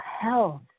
health